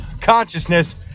consciousness